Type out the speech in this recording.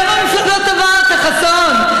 כמה מפלגות עברת, חסון?